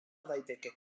daiteke